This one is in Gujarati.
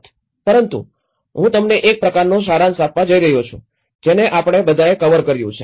પરંતુ હું તમને એક પ્રકારનો સારાંશ આપવા જઇ રહ્યો છું જેને આપણે બધાએ કવર કર્યું છે